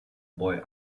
boy